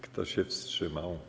Kto się wstrzymał?